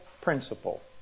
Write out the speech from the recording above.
principle